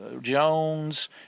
Jones